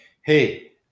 hey